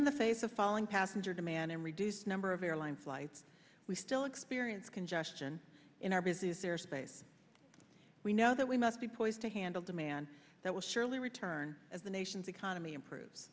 in the face of falling passenger demand in reduced number of airline flights we still experience congestion in our busiest air space we know that we must be poised to handle demand that will surely return as the nation's economy improves